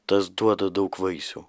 tas duoda daug vaisių